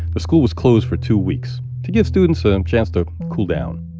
the school was closed for two weeks to give students a and chance to cool down.